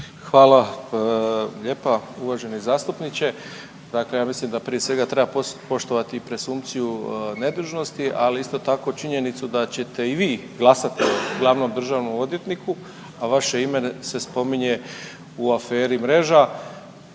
Hvala lijepa uvaženi zastupniče, dakle ja mislim da prije svega treba poštovati presumpciju nedužnosti, ali isto tako činjenicu da ćete i vi glasati o glavnom državnom odvjetniku, a vaše ime se spominje u aferi Mreža,